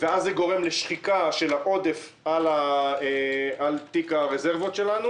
ואז זה גורם לשחיקה של העודף על תיק הרזרבות שלנו,